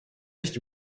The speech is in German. nicht